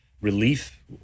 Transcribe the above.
relief